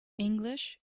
english